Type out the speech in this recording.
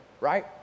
right